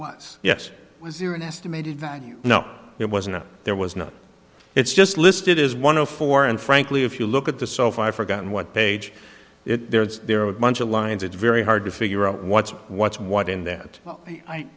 was yes was there an estimated value no it wasn't there was no it's just listed as one of four and frankly if you look at the saw if i forgot what page it there it's there are a bunch of lines it's very hard to figure out what's what's what in that